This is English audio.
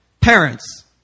parents